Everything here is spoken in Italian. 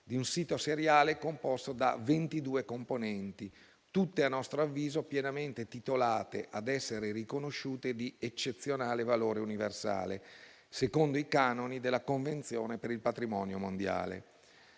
di un sito seriale, composto da 22 componenti, tutte a nostro avviso pienamente titolate ad essere riconosciute di eccezionale valore universale secondo i canoni della Convenzione per il patrimonio mondiale.